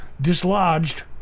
dislodged